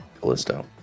Callisto